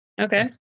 Okay